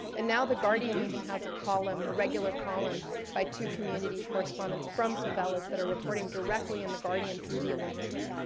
and now the guardian even has a column, a regular column by two community correspondents from favelas that are reporting directly in the guardian through the olympics.